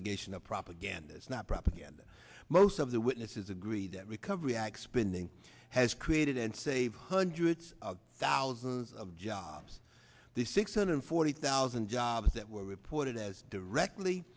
allegation of propaganda is not propaganda most of the witnesses agree that recovery act spending has created and saved hundreds of thousands of jobs the six hundred forty thousand jobs that were reported as directly